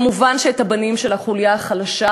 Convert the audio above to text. כמובן שאת הבנים של החוליה החלשה